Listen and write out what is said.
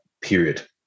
period